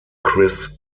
chris